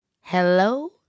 Hello